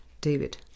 David